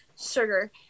sugar